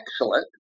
excellent